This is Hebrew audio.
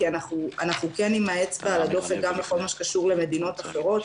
כי אנחנו כן עם האצבע על הדופק גם כל מה שקשור למדינות אחרות.